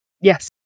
Yes